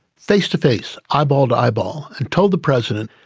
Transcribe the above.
face-to-face, eyeball to eyeball, and told the president,